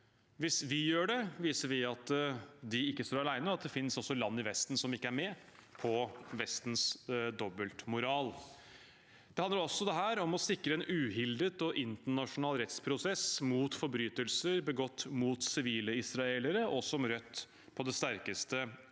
Hvis vi gjør det, viser vi at de ikke står alene, og at det også finnes land i Vesten som ikke er med på Vestens dobbeltmoral. Det handler også om å sikre en uhildet og internasjonal rettsprosess mot forbrytelser begått mot sivile israelere, som Rødt på det sterkeste har